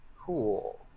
Cool